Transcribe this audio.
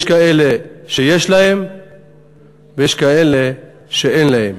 יש כאלה שיש להם ויש כאלה שאין להם,